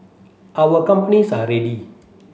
all our companies are ready